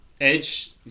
edge